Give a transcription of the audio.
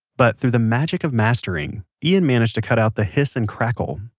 but through the magic of mastering, ian managed to cut out the hiss and crackle.